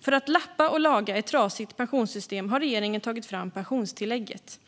För att lappa och laga ett trasigt pensionssystem har regeringen tagit fram pensionstillägget.